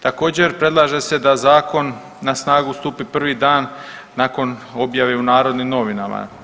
Također predlaže se da zakon na snagu stupi prvi dan nakon objave u Narodnim novinama.